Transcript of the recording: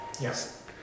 Yes